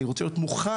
אני רוצה להיות מוכן,